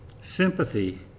sympathy